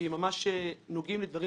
כי הם ממש נוגעים לדברים